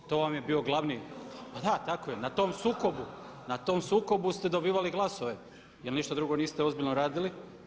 To vam je bio glavni, pa da, tako je, na tom sukobu, na tom sukobu ste dobivali glasove jer ništa drugo niste ozbiljno radili.